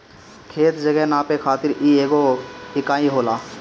खेत, जगह नापे खातिर इ एगो इकाई होला